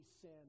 sin